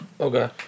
Okay